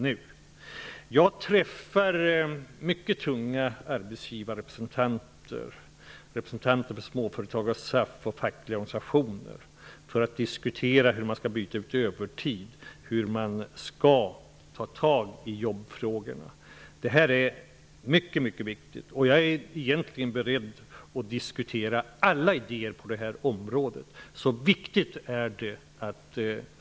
Jag har träffat mycket tunga arbetsgivarrepresentanter samt representanter för Småföretagarnas Arbetsgivarorganisation och för fackliga organisationer för att diskutera hur man skall byta ut övertid och ta tag i jobbfrågorna. Detta är mycket viktigt. Jag är beredd att diskutera alla idéer på detta område.